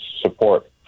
support